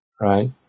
right